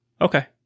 Okay